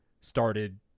started